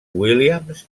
williams